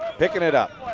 picking it up